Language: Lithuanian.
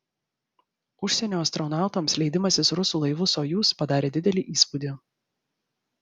užsienio astronautams leidimasis rusų laivu sojuz padarė didelį įspūdį